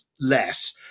less